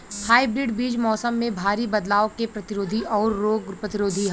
hybrid बीज मौसम में भारी बदलाव के प्रतिरोधी और रोग प्रतिरोधी ह